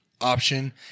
option